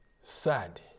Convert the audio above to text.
sad